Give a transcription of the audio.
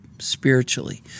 spiritually